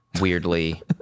weirdly